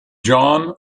john